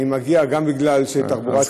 אני מגיע גם בגלל שתחבורה ציבורית,